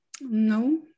No